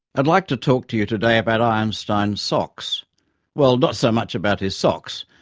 i'd like to talk to you today about einstein's socks well, not so much about his socks,